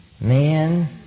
man